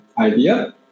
idea